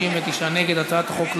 השיפוט והמינהל)